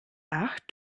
ach